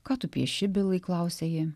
ką tu pieši bilai klausia ji